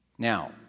Now